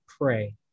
pray